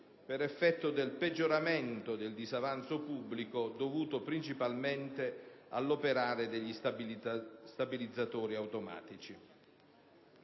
per effetto del peggioramento del disavanzo pubblico dovuto principalmente all'operare degli stabilizzatori automatici.